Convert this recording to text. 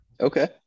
Okay